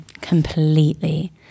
Completely